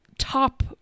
top